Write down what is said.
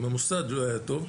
עם המוסד לא היה טוב,